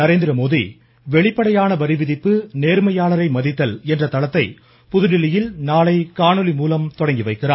நரேந்திரமோடி வெளிப்படையான வரி விதிப்பு நேர்மையாளரை மதித்தல் என்ற தளத்தை புதுதில்லியில் நாளை காணொலி மூலம் தொடங்கி வைக்கிறார்